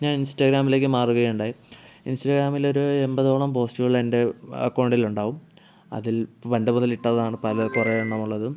ഞാൻ ഇൻസ്റ്റാഗ്രാമിലേക്ക് മാറുക ഉണ്ടായി ഇൻസ്റ്റഗ്രാമിൽ ഒരു എൺപതോളം പോസ്റ്റുകളിൽ എൻ്റെ അക്കൗണ്ടിൽ ഒണ്ടാവും അതിൽ പണ്ട് മുതൽ ഇട്ടതാണ് പലത് കുറേ എണ്ണം ഉള്ളതും